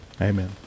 Amen